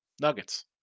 Nuggets